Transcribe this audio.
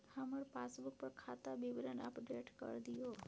हमर पासबुक पर खाता विवरण अपडेट कर दियो